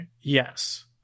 Yes